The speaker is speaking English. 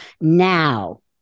now